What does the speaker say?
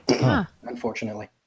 Unfortunately